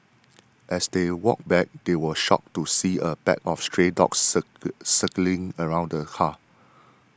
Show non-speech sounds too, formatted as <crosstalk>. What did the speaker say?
as they walked back they were shocked to see a pack of stray dogs <unintelligible> circling around the car